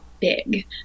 Big